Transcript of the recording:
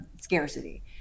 scarcity